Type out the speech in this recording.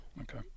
Okay